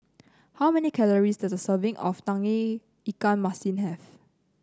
how many calories does a serving of Tauge Ikan Masin have